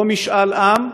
או משאל עם,